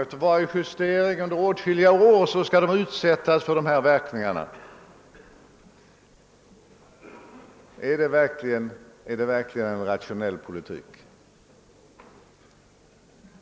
efter varje justering av skalorna under åtskilliga år utsättas för dessa inflationsskattehöjande verkningar. Är det verkligen en rationell politik?